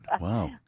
Wow